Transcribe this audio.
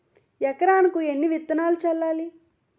ఎకరానికి ఎన్ని విత్తనాలు చల్లాలి?